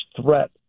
threat